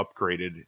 upgraded